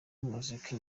muzika